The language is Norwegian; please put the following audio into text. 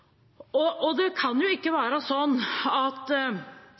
på. Men det kan ikke være slik at